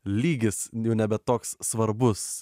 lygis jau nebe toks svarbus